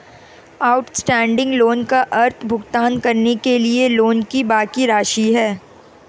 outstanding loan का अर्थ भुगतान करने के लिए लोन की बाकि राशि है